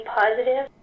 positive